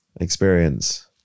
experience